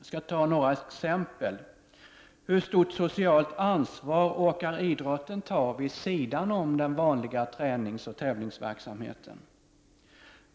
Här följer några exempel: Hur stort socialt ansvar orkar idrotten ta vid sidan om den vanliga tävlingsoch träningsverksamheten?